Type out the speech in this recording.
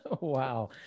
Wow